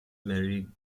marie